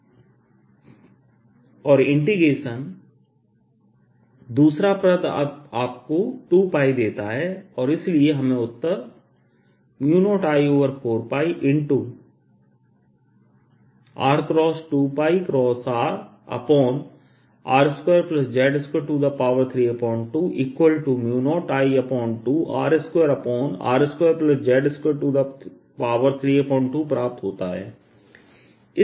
और इंटीग्रेशन दूसरा पाद आपको 2 देता है और इसलिए हमें अंतिम उत्तर 0I4R2RR2z2320I2R2R2z232 प्राप्त होता है